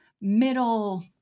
middle